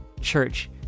Church